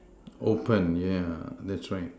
open yeah that's right